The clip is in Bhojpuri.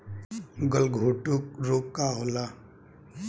गलघोंटु रोग का होला?